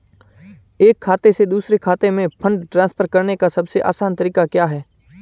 एक खाते से दूसरे खाते में फंड ट्रांसफर करने का सबसे आसान तरीका क्या है?